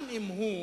גם אם הוא